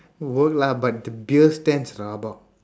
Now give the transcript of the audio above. go lah but the beer stench rabak